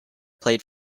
played